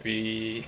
we